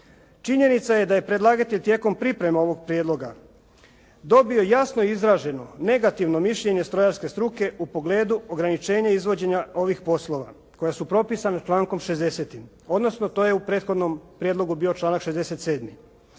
Činjenica je da je predlagatelj tijekom priprema ovog prijedloga dobio jasno i izraženo negativno mišljenje strojarske struke u pogledu ograničenja izvođenja ovih poslova koji su propisani člankom 60. odnosno to je u prethodnom prijedlogu bio članak 67.